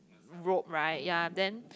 robe right ya then